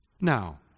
Now